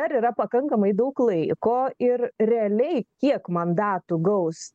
dar yra pakankamai daug laiko ir realiai kiek mandatų gaus